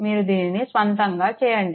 మీరు దీన్ని స్వంతంగా చేయండి